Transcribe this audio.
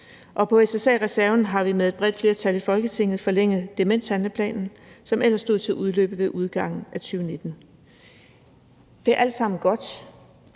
på SSA-reserven har vi med et bredt flertal i Folketinget forlænget demenshandleplanen, som ellers stod til at udløbe ved udgangen af 2019. Det er alt sammen godt,